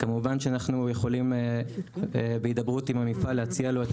כמובן שאנחנו יכולים בהידברות עם המפעל להציע לו את